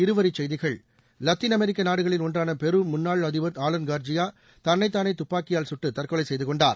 இருவரி செய்திகள் Latin American நாடுகளில் ஒன்றான பெரு முன்னாள் அதிபா் ஆலன் கா்ஜியா தன்னைத் தானே துப்பாக்கியால் சுட்டு தற்கொலை செய்துகொண்டார்